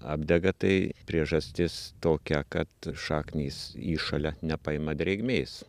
apdega tai priežastis tokia kad šaknys įšale nepaima drėgmės